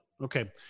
Okay